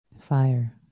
fire